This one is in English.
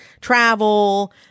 travel